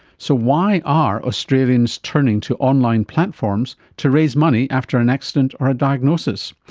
so why are australians turning to online platforms to raise money after an accident or a diagnosis?